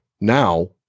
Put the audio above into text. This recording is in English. now